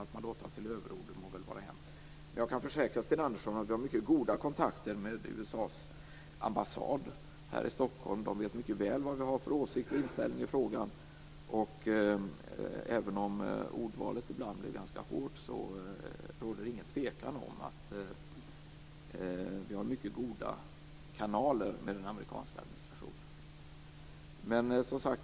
Att man då tar till överord må väl vara hänt. Jag kan försäkra, Sten Andersson, att vi har mycket goda kontakter med USA:s ambassad här i Stockholm. Där vet man mycket väl vilka åsikter och vilken inställning vi har i frågan. Även om ordvalet ibland blir ganska hårt råder det ingen tvekan om att vi har mycket goda kanaler till den amerikanska administrationen.